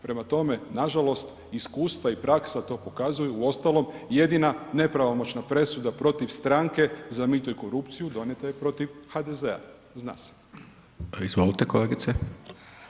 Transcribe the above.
Prema tome, nažalost iskustva i praksa to pokazuju uostalom jedina nepravomoćna presuda protiv stranke za mito i korupciju donijeta je protiv HDZ-a, zna se.